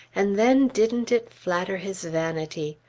and then didn't it flatter his vanity!